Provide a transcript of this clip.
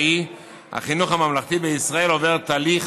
שהיא "החינוך הממלכתי בישראל עובר תהליך